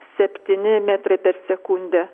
septyni metrai per sekundę